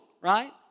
right